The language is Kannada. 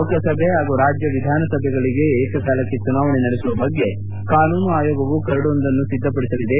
ಲೋಕಸಭೆ ಹಾಗೂ ರಾಜ್ಯ ವಿಧಾನಸಭೆಗಳಿಗೆ ಏಕಕಾಲಕ್ಕೆ ಚುನಾವಣೆ ನಡೆಸುವ ಬಗ್ಗೆ ಕಾನೂನು ಆಯೋಗವು ಕರಡುವೊಂದನ್ನು ಸಿದ್ದಪಡಿಸಲಿದೆ